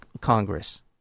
Congress